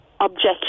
objection